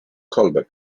kolbę